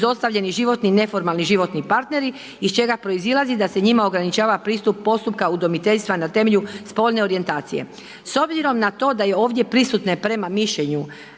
izostavljeni životni, neformalni životni partneri iz čega proizilazi da se njima ograničava pristup postupka udomiteljstva na temelju spolne orijentacije. S obzirom na to da je ovdje prisutne prema mišljenju